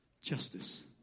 justice